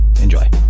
enjoy